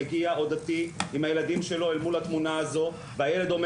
או דתי מגיע עם הילדים שלו אל מול התמונה הזו והילד אומר